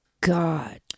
God